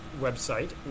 website